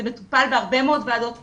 זה מטופל בהרבה מאוד ועדות כנסת,